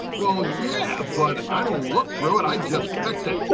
well, yeah, but i don't look through it. i just fix it